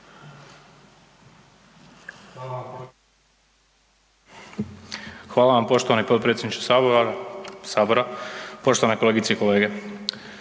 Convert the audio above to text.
Hvala potpredsjedniče Sabora, poštovane kolegice i kolege.